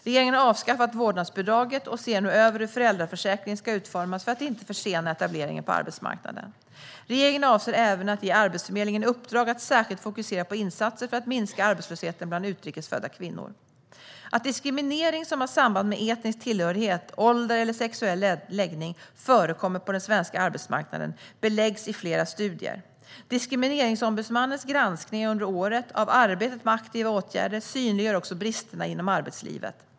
Regeringen har avskaffat vårdnadsbidraget och ser nu över hur föräldraförsäkringen ska utformas för att inte försena etableringen på arbetsmarknaden. Regeringen avser även att ge Arbetsförmedlingen i uppdrag att särskilt fokusera på insatser för att minska arbetslösheten bland utrikes födda kvinnor. Att diskriminering som har samband med etnisk tillhörighet, ålder eller sexuell läggning förekommer på den svenska arbetsmarknaden beläggs i flera studier. Diskrimineringsombudsmannens granskningar under året av arbetet med aktiva åtgärder synliggör också bristerna inom arbetslivet.